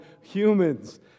humans